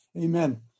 amen